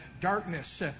darkness